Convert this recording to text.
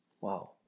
Wow